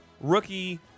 rookie